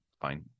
fine